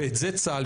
ואת זה צה"ל ישקף.